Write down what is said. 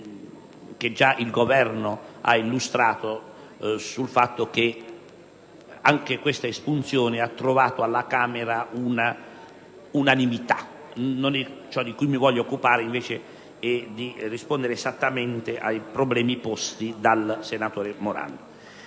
il Governo ha svolto sul fatto che anche questa espunzione ha trovato alla Camera un'unanimità. Ciò di cui mi voglio occupare è di rispondere esattamente ai problemi posti dal senatore Morando.